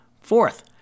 Fourth